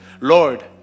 Lord